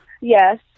Yes